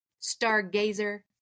Stargazer